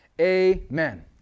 Amen